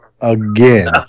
again